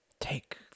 Take